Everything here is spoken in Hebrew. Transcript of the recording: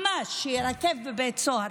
ממש, שיירקב בבית סוהר.